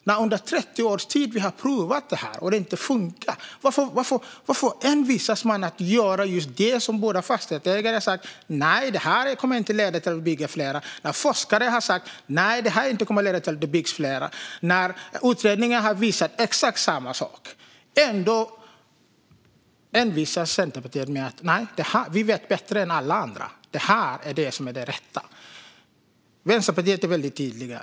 När vi under 30 års tid har provat detta och det inte har funkat - varför envisas man att göra just det? Våra fastighetsägare har sagt att det inte kommer att leda till att man bygger fler bostäder. Forskare har sagt att det inte kommer att leda till att det byggs fler bostäder. Utredningar har visat exakt samma sak. Ändå envisas Centerpartiet med att tycka att de vet bättre än alla andra och säger: Det här är det som är det rätta. Vänsterpartiet är tydliga.